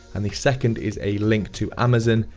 and the second is a link to amazon,